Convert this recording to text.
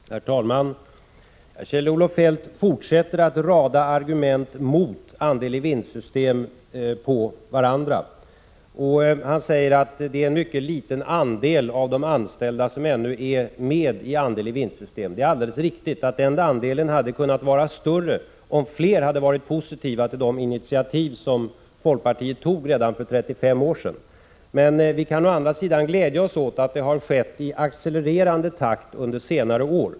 Herr talman! Kjell-Olof Feldt fortsätter att rada argument mot andel-ivinst-system på varandra. Han säger att det är en mycket liten andel av de anställda som ännu är med i andel-i-vinst-system. Det är alldeles riktigt att den andelen hade kunnat vara större — om fler hade varit positiva till det initiativ som folkpartiet tog redan för 35 år sedan. Vi kan å andra sidan glädja oss åt att det har skett en ökning i accelererande takt under senare år.